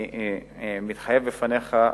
אני מתחייב בפניך,